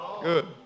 Good